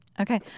Okay